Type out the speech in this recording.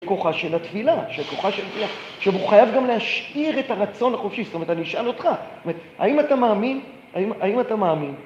זה כוחה של התפילה, שכוחה של התפילה... שהוא חייב גם להשאיר את הרצון החופשי, זאת אומרת, אני אשאל אותך, זאת אומרת, האם אתה מאמין? ה... האם אתה מאמין.